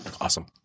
Awesome